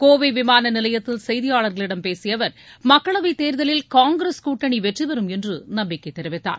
கோவை விமான நிலையத்தில் செய்தியாளர்களிடம் பேசிய அவர் மக்களவைத் தேர்தலில் காங்கிரஸ் கூட்டணி வெற்றி பெறும் என்று நம்பிக்கை தெரிவித்தார்